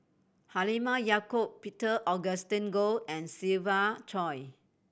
Halimah Yacob Peter Augustine Goh and Siva Choy